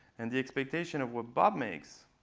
and the expectation of what bob makes,